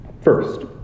First